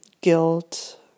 guilt